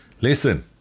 listen